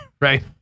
right